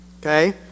okay